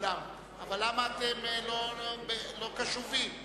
למה אתם לא קשובים?